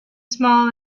small